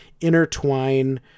intertwine